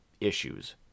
issues